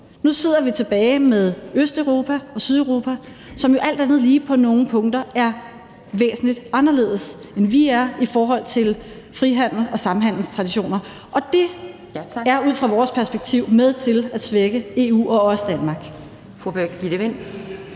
nu sidder vi tilbage med Østeuropa og Sydeuropa, som alt andet lige på nogle punkter er væsentlig anderledes, end vi er i forhold til frihandels- og samhandelstraditioner, og det er ud fra vores perspektiv med til at svække EU og også Danmark.